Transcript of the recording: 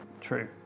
True